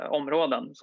områden